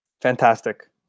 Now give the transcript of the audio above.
fantastic